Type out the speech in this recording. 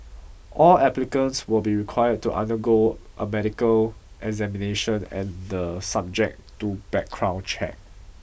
all applicants will be required to undergo a medical examination and the subject to background check